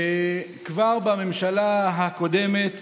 כבר בממשלה הקודמת